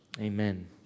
amen